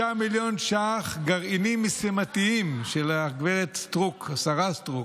76 מיליון ש"ח, גרעינים משימתיים של גב' סטרוק,